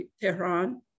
Tehran